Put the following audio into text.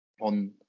on